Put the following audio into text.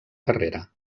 carrera